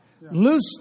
Loose